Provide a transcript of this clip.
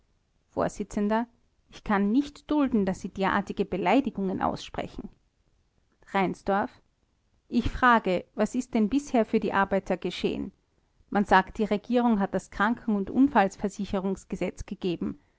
vors ich kann nicht dulden daß sie derartige beleidigungen aussprechen r ich frage was ist denn bisher für die arbeiter geschehen man sagt die regierung hat das kranken und unfallversicherungsgesetz gegeben